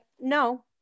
no